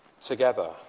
together